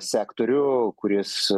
sektorių kuris